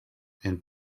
and